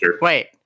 Wait